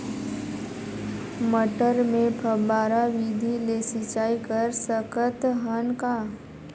मटर मे फव्वारा विधि ले सिंचाई कर सकत हन का?